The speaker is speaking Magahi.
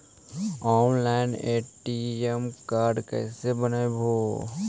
ऑनलाइन ए.टी.एम कार्ड कैसे बनाबौ?